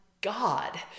God